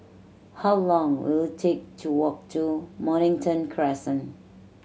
how long will it take to walk to Mornington Crescent